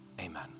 Amen